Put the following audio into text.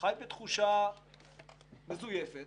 חי בתחושה מזויפת